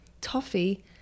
toffee